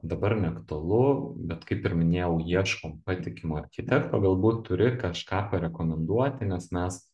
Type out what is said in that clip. dabar neaktualu bet kaip ir minėjau ieškom patikimo architekto galbūt turi kažką rekomenduoti nes mes